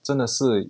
真的是